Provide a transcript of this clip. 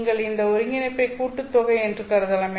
நீங்கள் இந்த ஒருங்கிணைப்பைக் கூட்டுத்தொகை என்று கருதலாம்